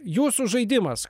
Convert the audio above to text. jūsų žaidimas